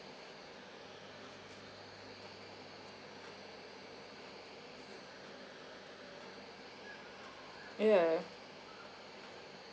yeah